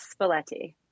Spalletti